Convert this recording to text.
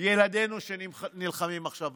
ילדינו שנלחמים עכשיו בשטח.